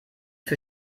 für